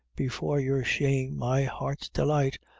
before your shame, my heart's delight,